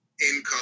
income